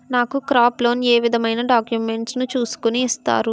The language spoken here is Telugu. నాకు క్రాప్ లోన్ ఏ విధమైన డాక్యుమెంట్స్ ను చూస్కుని ఇస్తారు?